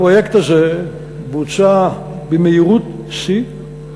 הפרויקט הזה בוצע במהירות שיא.